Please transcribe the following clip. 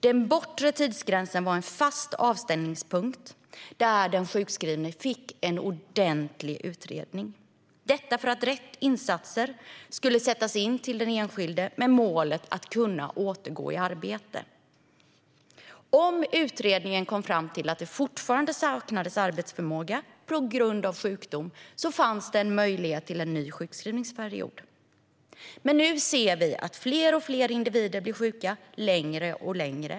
Den bortre tidsgränsen var en fast avstämningspunkt där den sjukskrivne fick en ordentlig utredning - detta för att rätt insatser skulle sättas in till den enskilde med målet att återgå i arbete. Om utredningen kom fram till att det fortfarande saknades arbetsförmåga på grund av sjukdom fanns det en möjlighet till en ny sjukskrivningsperiod. Nu ser vi hur fler och fler individer blir sjuka längre och längre.